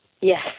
Yes